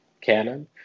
canon